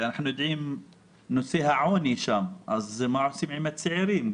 ואנחנו מכירים את נושא העוני שם מה עושים עם הצעירים?